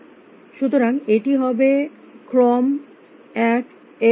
সুতরাং এটি হবে ক্রম এক এক্স বার